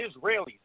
Israelis